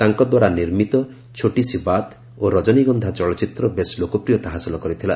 ତାଙ୍କ ଦ୍ୱାରା ନିର୍ମିତ 'ଛୋଟିସି ବାତ୍' ଓ 'ରଜନଗନ୍ଧା' ଚଳଚ୍ଚିତ୍ର ବେଶ୍ ଲୋକପ୍ରିୟତା ହାସଲ କରିଥିଲା